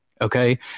Okay